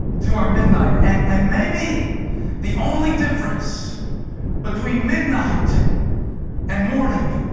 to our midnight, and and maybe the only difference between midnight and morning